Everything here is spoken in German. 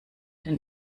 denn